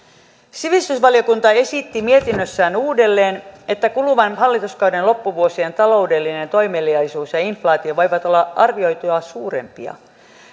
sivistysvaliokunta esitti mietinnössään uudelleen että kuluvan hallituskauden loppuvuosien taloudellinen toimeliaisuus ja ja inflaatio voivat olla arvioitua suurempia